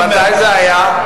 אז מתי זה היה?